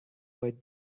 what